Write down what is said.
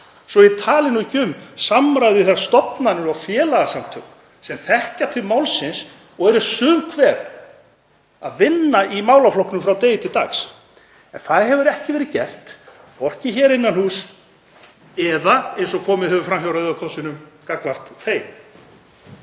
svo ég tali nú ekki um samráð við þær stofnanir og félagasamtök sem þekkja til málsins og eru sum hver að vinna í málaflokknum frá degi til dags. En það hefur ekki verið gert, hvorki hér innan húss eða, eins og komið hefur fram hjá Rauða krossinum, gagnvart þeim.